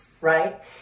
right